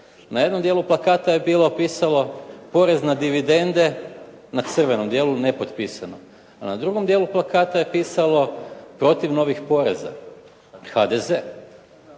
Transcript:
Na jednom dijelu plakata je bilo pisalo porez na dividende, na crvenom dijelu, nepotpisao, a na drugom dijelu plakata je pisalo protiv novih poreza, HDZ.